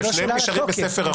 שניהם נשארים בספר החוקים.